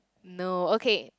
no okay